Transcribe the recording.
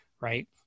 right